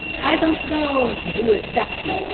i don't know who exactly,